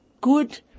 good